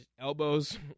elbows